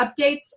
updates